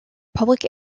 public